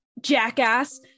jackass